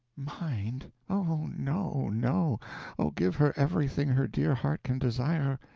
mind? oh no, no oh, give her everything her dear heart can desire.